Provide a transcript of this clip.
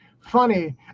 Funny